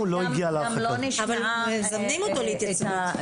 אבל המשטרה מזמנת אותו להתייצבות.